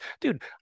dude